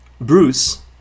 Bruce